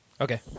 Okay